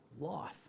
life